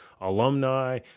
alumni